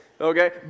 okay